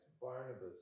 Barnabas